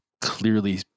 clearly